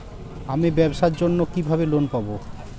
আমি ব্যবসার জন্য কিভাবে লোন পাব?